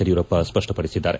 Yediyurappa ಸ್ಪಪಡಿಸಿದ್ದಾರೆ